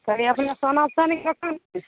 तनि अपना साना सानीके सुन